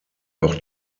auch